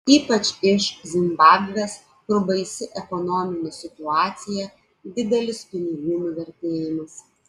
ypač iš zimbabvės kur baisi ekonominė situacija didelis pinigų nuvertėjimas